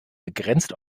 begrenzt